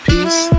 Peace